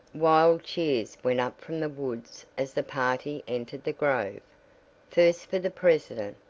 wild cheers went up from the woods as the party entered the grove first for the president,